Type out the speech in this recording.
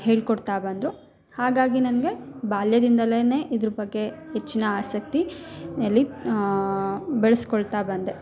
ಹೇಳಿ ಕೊಡ್ತಾ ಬಂದರು ಹಾಗಾಗಿ ನನಗೆ ಬಾಲ್ಯದಿಂದಲೇನೆ ಇದ್ರ ಬಗ್ಗೆ ಹೆಚ್ಚಿನ ಆಸಕ್ತಿ ಅಲ್ಲಿ ಬೆಳ್ಸ್ಕೊಳ್ತಾ ಬಂದೆ